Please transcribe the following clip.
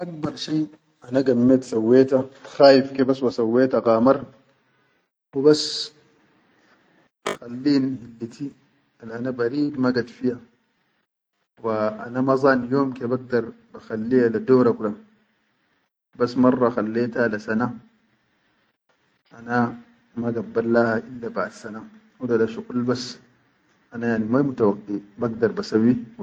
Akbar shai ana gammet sawweta khaif sawweta gamar hubas halin hilliti al ana barid magat fiya wa ana ma zan yom bagdar ba halliya le dora kula, bas marra halleta le sana ana gabbal le ha illa baʼad sana, hudada shuqul bas ana yani wai mutaaqi bagdar ba sawwi.